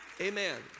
Amen